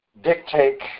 dictate